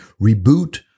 reboot